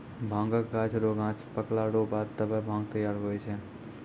भांगक गाछ रो गांछ पकला रो बाद तबै भांग तैयार हुवै छै